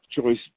choice